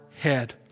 head